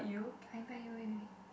I invite you wait wait wait